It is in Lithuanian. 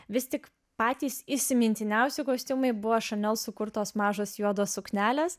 vis tik patys įsimintiniausi kostiumai buvo šanel sukurtos mažos juodos suknelės